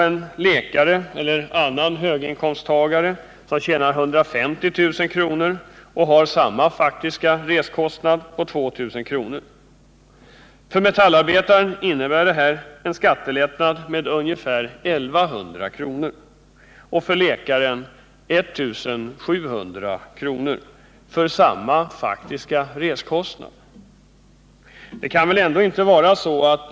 En läkare eller annan höginkomsttagare tjänar 150 000 kr. och har samma faktiska resekostnad på 2000 kr. Det innebär en skattelättnad för metallarbetaren med ungefär 1 100 kr. och för läkaren med ungefär 1 700 kr. för samma faktiska resekostnad.